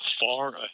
far